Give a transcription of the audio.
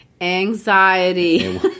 Anxiety